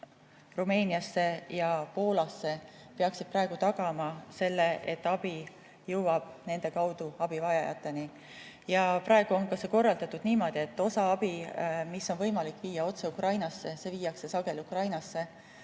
Rumeeniasse ja Poolasse –, peaksid tagama selle, et abi jõuab nende kaudu abivajajateni. Praegu on see korraldatud niimoodi, et osa abisaadetistest, mis on võimalik viia otse Ukrainasse, viiaksegi Ukrainasse.